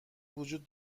وجود